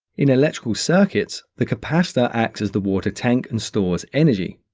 in electrical circuits, the capacitor acts as the water tank and stores energy.